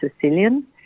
Sicilian